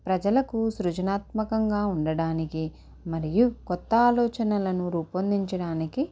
ప్రజలకు సృజనాత్మకంగా ఉండడానికి మరియు కొత్త ఆలోచనలను రూపొందించడానికి